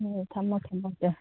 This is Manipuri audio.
ꯍꯣꯏ ꯊꯝꯃꯣ ꯊꯝꯃꯒꯦ